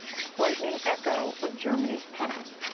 a frightening echo of germany's past.